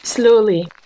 Slowly